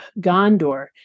Gondor